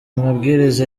mabwiriza